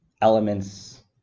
elements